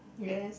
yes